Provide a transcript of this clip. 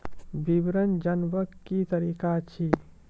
विवरण जानवाक की तरीका अछि?